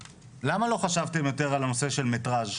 למה לא חשבתם יותר על הנושא של מטראז'?